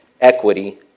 equity